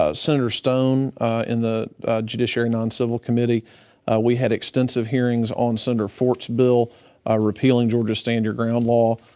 ah senator stone in the judiciary noncivil committee we had extensive hearings on senator fort's bill ah repealing georgia stand your ground law.